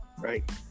Right